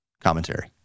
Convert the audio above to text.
commentary